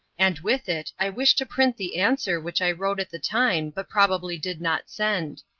and with it i wish to print the answer which i wrote at the time but probably did not send.